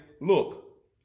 look